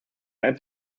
noch